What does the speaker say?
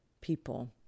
people